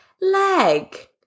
leg